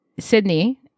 Sydney